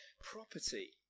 property